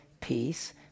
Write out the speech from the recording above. peace